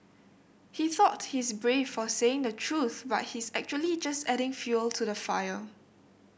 he thought he's brave for saying the truth but he's actually just adding fuel to the fire